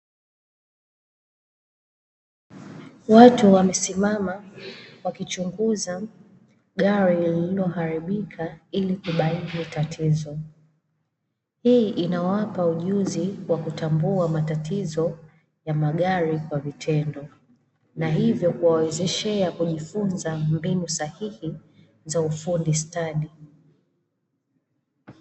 Watu wamesimama, wakichunguza gari lililoharibika ili kubaini tatizo. Hii inawapa ujuzi wa kutambua matatizo ya magari kwa vitendo, na hivyo kuwawezesha kujifunza mbinu sahihi za ufundi stadi.